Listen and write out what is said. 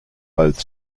both